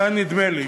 כאן נדמה לי